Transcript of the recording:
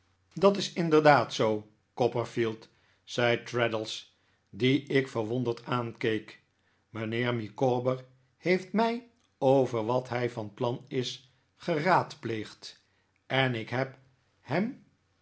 dat is inderdaad zoo copperfield zei traddles dien ik verwonderd aankeek mijnheer micawber heeft mij over wat hij van plan is geraadpleegd en ik heb hem